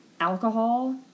alcohol